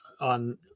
on